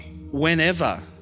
whenever